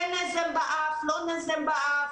כן נזם באף או לא נזם באף.